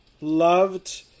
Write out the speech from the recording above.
loved